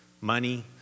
money